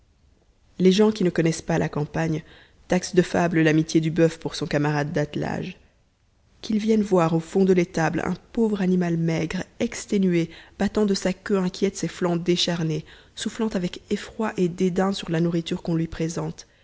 les gens qui ne connaissent pas la campagne taxent de fable l'amitié du buf pour son camarade d'attelage qu'ils viennent voir au fond de l'étable un pauvre animal maigre exténué battant de sa queue inquiète ses flancs décharnés soufflant avec effroi et dédain sur la nourriture qu'on lui présente